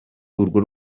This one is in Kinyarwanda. urwo